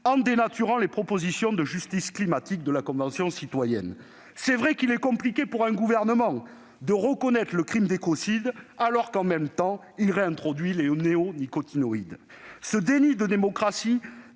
en dénaturant les propositions de justice climatique de la Convention citoyenne. C'est vrai qu'il est compliqué pour un gouvernement de reconnaître le crime d'écocide alors que, en même temps, il réintroduit les néonicotinoïdes ! Ce déni de démocratie